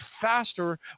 faster